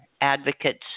advocates